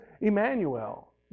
Emmanuel